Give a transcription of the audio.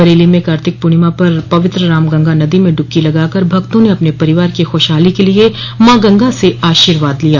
बरेली में कार्तिक पूर्णिमा पर पवित्र रामगंगा नदी में डुबकी लगाकर भक्तों ने अपने परिवार की खुशहाली के लिए मां गंगा से अशीर्वाद लिया